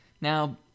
now